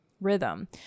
rhythm